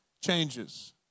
changes